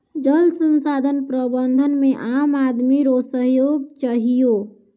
जल संसाधन प्रबंधन मे आम आदमी रो सहयोग चहियो